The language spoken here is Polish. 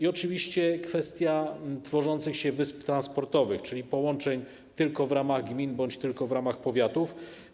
I oczywiście kwestia tworzących się wysp transportowych, czyli połączeń tylko w ramach gmin bądź tylko w ramach powiatów.